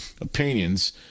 opinions